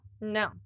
No